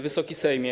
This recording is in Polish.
Wysoki Sejmie!